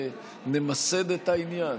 שנמסד את העניין.